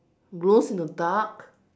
glows in the dark